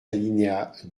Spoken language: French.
alinéas